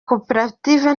koperative